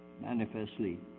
manifestly